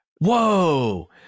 whoa